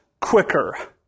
quicker